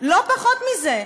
לא פחות מזה.